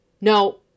no